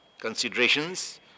Considerations